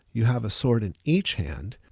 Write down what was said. you have a sword in each hand.